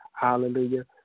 Hallelujah